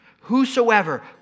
whosoever